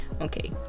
okay